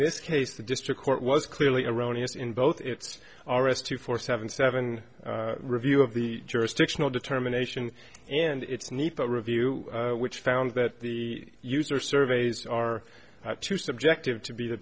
this case the district court was clearly erroneous in both its all rest two four seven seven review of the jurisdictional determination and its need to review which found that the user surveys are too subjective to be the